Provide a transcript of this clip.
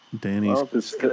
Danny's